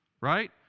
Right